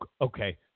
okay